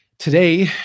Today